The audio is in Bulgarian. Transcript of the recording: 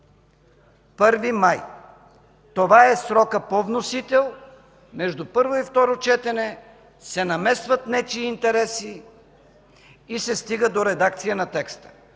май – това е срокът по вносител, между първо и второ четене се намесват нечии интереси и се стига до редакция на текста.